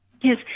Yes